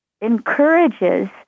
encourages